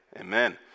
Amen